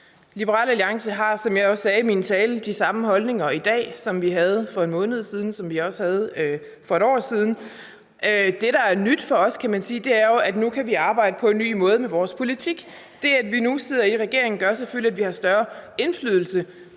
Liberal Alliance har, som jeg også sagde i min tale, de samme holdninger i dag, som vi havde for en måned siden, og som vi også havde for et år siden. Det, der er nyt for os, kan man sige, er, at nu kan vi arbejde på en ny måde med vores politik. Det, at vi nu sidder i regering, gør selvfølgelig, at vi har større indflydelse.